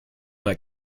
that